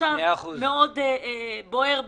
בוער בעצמותיי.